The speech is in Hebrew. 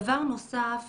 דבר נוסף,